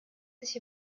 sich